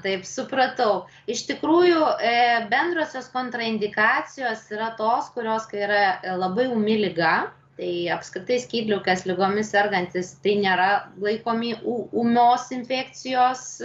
taip supratau iš tikrųjų i bendrosios kontraindikacijos yra tos kurios kai yra labai ūmi liga tai apskritai skydliaukės ligomis sergantys tai nėra laikomi ū ūmios infekcijos